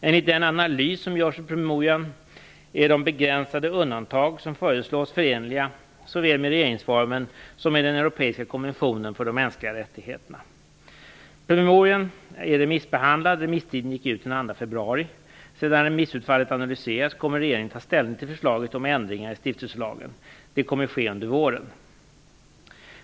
Enligt den analys som görs i promemorian är de begränsade undantag som föreslås förenliga såväl med regeringsformen som med den europeiska konventionen för de mänskliga rättigheterna. Promemorian är remissbehandlad; remisstiden gick ut den 2 februari. Sedan remissutfallet analyserats kommer regeringen att ta ställning till förslaget om ändringar i stiftelselagen. Det kommer att ske under våren.